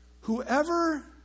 whoever